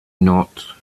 not